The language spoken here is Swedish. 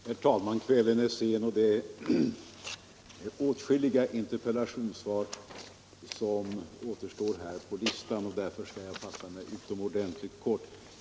Herr talman! Kvällen är sen och åtskilliga interpellationssvar återstår på föredragningslistan. Därför skall jag fatta mig utomordentligt kort.